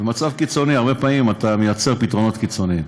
ובמצב קיצוני הרבה פעמים אתה יוצר פתרונות קיצוניים.